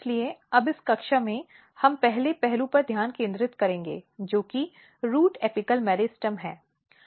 इसलिए अब इस कक्षा में हम पहले पहलू पर ध्यान केंद्रित करेंगे जो कि रूट एपिकल मेरिस्टेम है